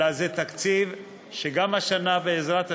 אלא זה תקציב שגם השנה יוקצה, בעזרת השם,